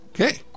Okay